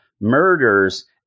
murders